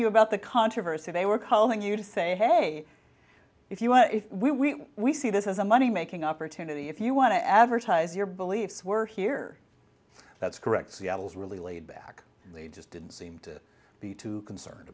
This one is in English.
you about the controversy they were calling you to say hey if you want if we we see this as a money making opportunity if you want to advertise your beliefs were here that's correct seattle's really laid back and they just didn't seem to be too concerned